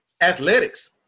athletics